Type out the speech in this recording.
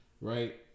Right